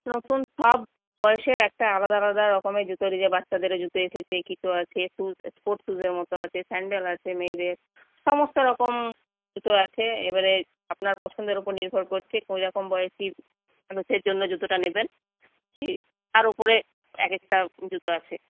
নতুন সব বয়সের একটা আলাদা আলাদা রকমের জুতো রয়েছে বাচ্চাদেরও জুতো এসেছে কিটো আছে শুজ স্পোর্টস শুজের মতো আছে স্যান্ডেল আছে মেয়েদের সমস্তরকম জুতো আছে এবারে আপনার পছন্দের উপর নির্ভর করছে কীরকম বয়সি মানুষের জন্য জুতোটা নেবেন তার উপরে এক একটা জুতো আছে